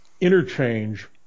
interchange